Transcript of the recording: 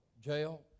Jail